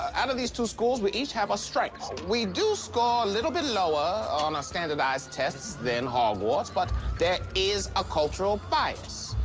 out of these two schools, we each have a strike. we do score a little bit lower on standardized tests than hogwarts, but there is a cultural bias.